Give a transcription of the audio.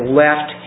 left